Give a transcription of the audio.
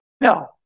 No